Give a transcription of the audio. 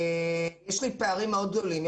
יש לי פערים מאוד גדולים.